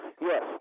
Yes